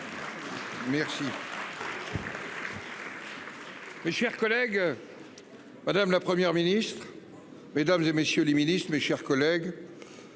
remercie. Mes chers collègues. Madame, la Première ministre. Mesdames, et messieurs les ministres, mes chers collègues.